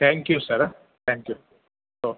thank you sir हां thank you हो